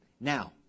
Now